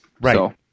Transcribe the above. Right